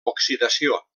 oxidació